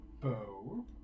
bow